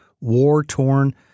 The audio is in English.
war-torn